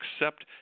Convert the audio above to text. accept